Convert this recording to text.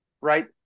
right